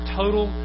total